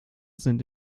sind